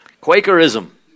Quakerism